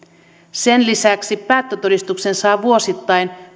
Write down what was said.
sen lisäksi päättötodistuksen saa vuosittain